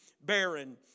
barren